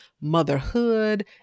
motherhood